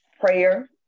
prayer